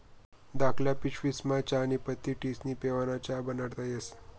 धाकल्ल्या पिशवीस्मा चहानी पत्ती ठिस्नी पेवाना च्या बनाडता येस